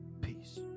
peace